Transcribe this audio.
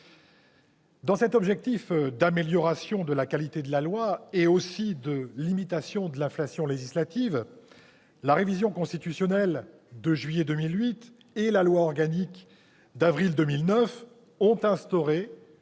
fins d'amélioration de la qualité de la loi et de limitation de l'inflation législative, la révision constitutionnelle du 23 juillet 2008 et la loi organique du 15 avril 2009 ont instauré